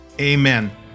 Amen